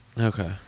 Okay